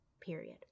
period